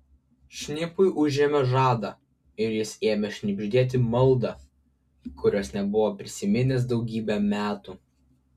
šnipui užėmė žadą ir jis ėmė šnibždėti maldą kurios nebuvo prisiminęs daugybę metų